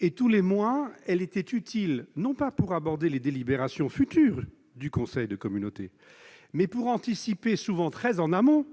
Et tous les mois, elle était utile, non pas pour aborder les délibérations à venir du conseil communautaire, mais pour anticiper souvent très en amont